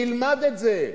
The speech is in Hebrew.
תלמד את זה.